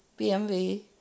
BMW